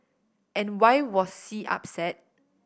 and why was C upset